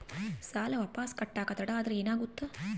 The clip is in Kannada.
ಸಾಲ ವಾಪಸ್ ಕಟ್ಟಕ ತಡ ಆದ್ರ ಏನಾಗುತ್ತ?